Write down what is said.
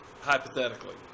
Hypothetically